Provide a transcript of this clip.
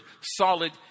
solid